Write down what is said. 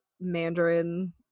Mandarin